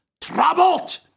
troubled